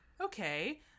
Okay